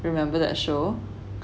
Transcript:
remember that show